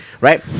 right